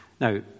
now